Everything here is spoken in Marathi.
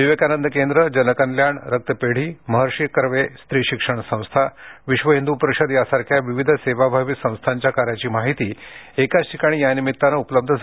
विवेकानंद केंद्र जनकल्याण रक्तपेढी महर्षी कर्वे स्त्री शिक्षण संस्था विश्व हिंदू परिषद यासारख्या विविध सेवाभावी संस्थांच्या कार्याची माहिती एकाच ठिकाणी यानिमित्तानं उपलब्ध झाली आहे